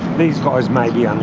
these guys may be um